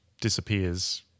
disappears